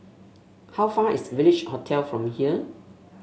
how far is Village Hotel from here